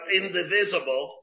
indivisible